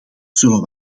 zullen